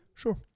Sure